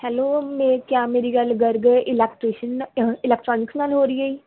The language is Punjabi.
ਹੈਲੋ ਮੇ ਕਿਆ ਮੇਰੀ ਗੱਲ ਗਰਗ ਇਲੈਕਟ੍ਰੀਸ਼ਨ ਅ ਇਲੈਕਟ੍ਰੋਨਿਕਸ ਨਾਲ ਹੋ ਰਹੀ ਹੈ ਜੀ